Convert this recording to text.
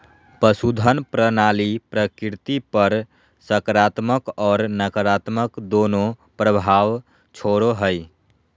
पशुधन प्रणाली प्रकृति पर सकारात्मक और नकारात्मक दोनों प्रभाव छोड़ो हइ